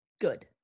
Good